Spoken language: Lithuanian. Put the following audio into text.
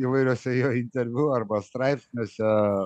įvairiuose jo interviu arba straipsniuose